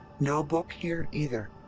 no book here either.